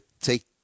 take